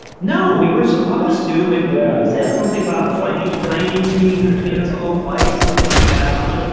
no, we were supposed to but yeah something about a flame plane being and and so flights something like that i'm not sure.